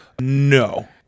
No